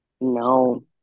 No